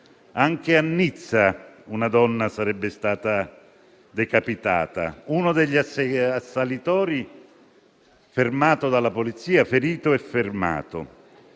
Anche a Nizza una donna sarebbe stata decapitata e uno degli assalitori è stato ferito e fermato